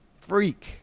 freak